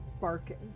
barking